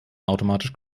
automatisch